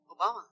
Obama